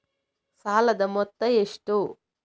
ಸಾಲದ ಮೊತ್ತ ಎಷ್ಟು?